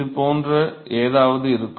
இது போன்ற ஏதாவது இருக்கும்